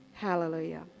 Hallelujah